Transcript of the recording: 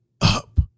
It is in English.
up